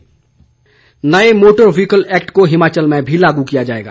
गोविंद ठाकुर नए motor vehicle act को हिमाचल में भी लागू किया जाएगा